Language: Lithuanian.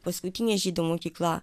paskutinė žydų mokykla